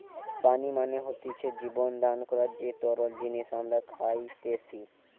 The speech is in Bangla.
পানি মানে হতিছে জীবন দান করার যে তরল জিনিস আমরা খাইতেসি